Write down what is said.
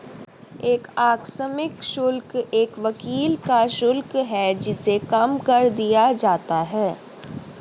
एक आकस्मिक शुल्क एक वकील का शुल्क है जिसे कम कर दिया जाता है